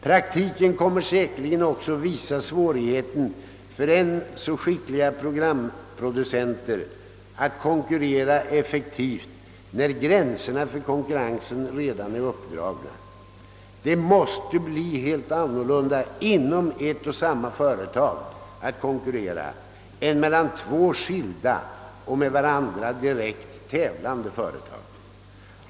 Praktiken kommer säkerligen också att visa svårigheterna för än så skickliga programproducenter att effektivt konkurrera när gränserna för konkurrensen redan är uppdragna.